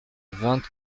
vingt